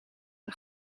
een